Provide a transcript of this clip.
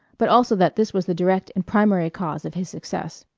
but also that this was the direct and primary cause of his success.